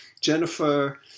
Jennifer